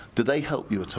do they help you